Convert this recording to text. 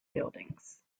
buildings